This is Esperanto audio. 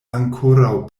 ankoraŭ